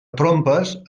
trompes